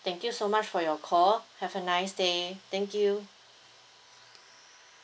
thank you so much for your call have a nice day thank you